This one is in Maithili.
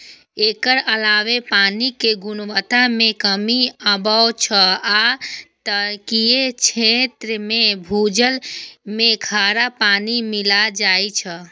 एकर अलावे पानिक गुणवत्ता मे कमी आबै छै आ तटीय क्षेत्र मे भूजल मे खारा पानि मिल जाए छै